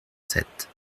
sept